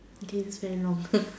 this is very long